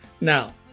Now